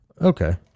Okay